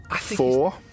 Four